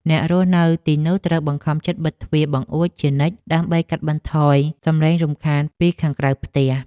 អ្នករស់នៅទីនោះត្រូវបង្ខំចិត្តបិទទ្វារបង្អួចជានិច្ច ដើម្បីកាត់បន្ថយសំឡេងរំខានពីខាងក្រៅផ្ទះ។